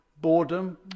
boredom